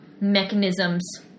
mechanisms